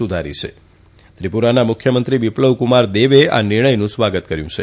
સુધારી ત્રિપુરાના મુખ્યમંત્રી બિપ્લવકુમાર દેવે આ નિર્ણયનું સ્વાગત કર્યું છે